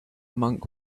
monk